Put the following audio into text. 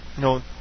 No